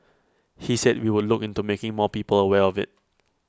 he said he would look into making more people aware of IT